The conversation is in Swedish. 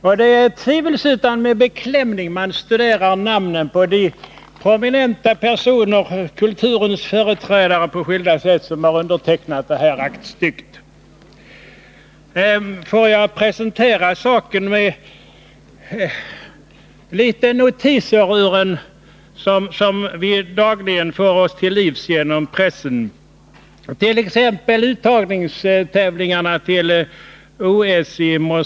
Och det är tvivelsutan med beklämning man studerar namnen på de prominenta personer, kulturens företrädare på skilda sätt, som undertecknat aktstycket från utskottet. Jag vill presentera saken med några notiser som vi dagligen får oss till livs genom pressen.